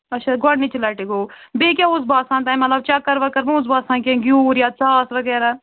اَچھا گۄڈنِچہِ لٹہِ گوٚو بیٚیہِ کیٛاہ اوس باسان تَمہِ علاوٕ چکر وکر ما اوس باسان کیٚنٛہہ گیٛوٗر یا ژاس وغیرہ